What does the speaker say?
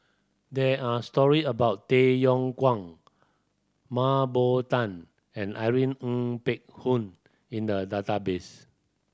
there are story about Tay Yong Kwang Mah Bow Tan and Irene Ng Phek Hoong in the database